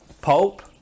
Pulp